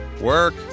work